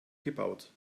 gebaut